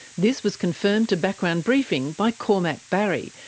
this was confirmed to background briefing by cormac barry,